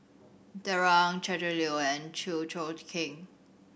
Darrell Ang Gretchen Liu and Chew Choo Keng